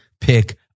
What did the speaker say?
pick